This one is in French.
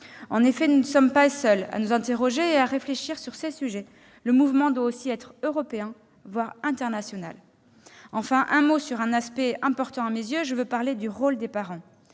En effet, nous ne sommes pas seuls à nous interroger et à réfléchir sur ces sujets. Le mouvement doit aussi être européen, voire international. Enfin, je dirai un mot sur un aspect important à mes yeux, je veux parler du rôle des parents.